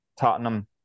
Tottenham